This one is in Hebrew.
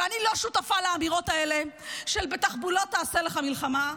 ואני לא שותפה לאמירות האלה של "בתחבולות תעשה לך מלחמה",